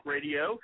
Radio